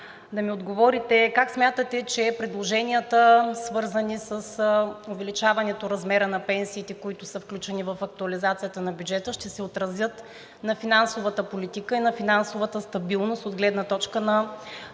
как смятате, че предложенията, свързани с увеличаване размера на пенсиите, които са включени в актуализацията на бюджета, ще се отразят на финансовата политика и на финансовата стабилност от гледна точка на